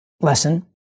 lesson